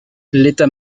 l’état